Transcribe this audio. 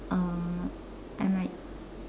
um I might